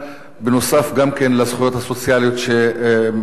נוסף על הזכויות הסוציאליות שמתווספות.